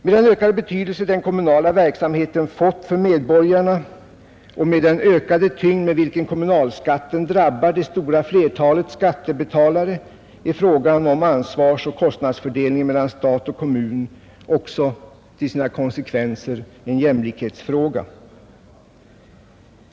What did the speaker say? Med den ökade betydelse den kommunala verksamheten fått för medborgarna och med den ökade tyngd, med vilken kommunalskatten drabbar det stora flertalet skattebetalare, är frågan om ansvarsoch kostnadsfördelningen mellan stat och kommun också till sina konsekvenser en jämlikhetsfråga.